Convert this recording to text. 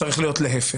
זה צריך להיות להפך.